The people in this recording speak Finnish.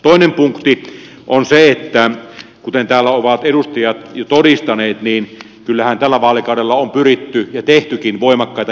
toinen punkti on se että kuten täällä ovat edustajat jo todistaneet niin kyllähän tällä vaalikaudella on pyritty tekemään ja tehtykin voimakkaita keskittämispäätöksiä